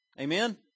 Amen